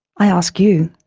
i ask you,